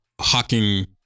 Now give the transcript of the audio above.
hawking